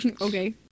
Okay